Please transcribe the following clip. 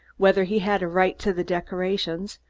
whether he had a right to the decorations,